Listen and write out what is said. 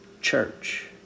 church